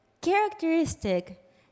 characteristic